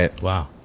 Wow